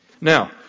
Now